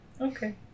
Okay